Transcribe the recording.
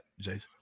Jason